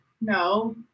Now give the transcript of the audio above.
No